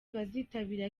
bazitabira